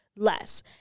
Less